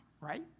Right